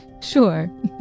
Sure